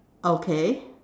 okay